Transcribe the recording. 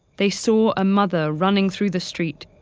they saw a mother running through the street,